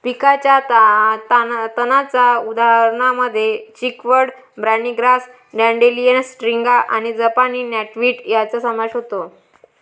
पिकाच्या तणांच्या उदाहरणांमध्ये chickweed, barney grass, dandelion, striga आणि जपानी नॉटवीड यांचा समावेश होतो